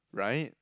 right